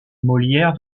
molière